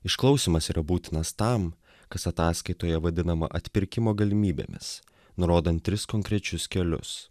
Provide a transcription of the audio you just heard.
išklausymas yra būtinas tam kas ataskaitoje vadinama atpirkimo galimybėmis nurodant tris konkrečius kelius